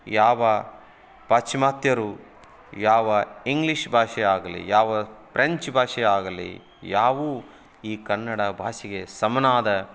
ಯಾವ ಪಾಶ್ಚಿಮಾತ್ಯರು ಯಾವ ಇಂಗ್ಲೀಷ್ ಭಾಷೆ ಆಗಲಿ ಯಾವ ಪ್ರೆಂಚ್ ಭಾಷೆ ಆಗಲಿ ಯಾವೂ ಈ ಕನ್ನಡ ಭಾಷೆಗೆ ಸಮನಾದ